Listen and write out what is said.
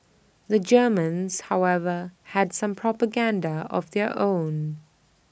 the Germans however had some propaganda of their own